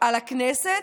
על הכנסת,